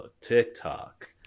TikTok